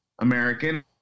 American